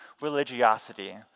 religiosity